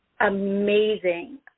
amazing